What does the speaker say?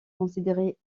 considérée